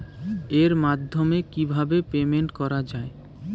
এর মাধ্যমে কিভাবে পেমেন্ট করা য়ায়?